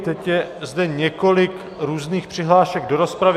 Teď je zde několik různých přihlášek do rozpravy.